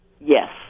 Yes